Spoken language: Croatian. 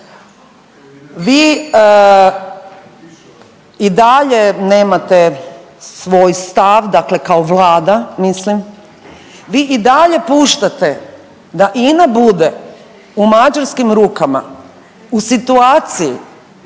vi i dalje nemate svoj stav, dakle kao vlada mislim, vi i dalje puštate da Ina bude u mađarskim rukama u situaciji